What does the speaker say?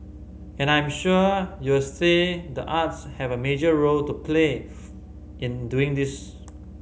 and I'm sure you'll say the arts have a major role to play in doing this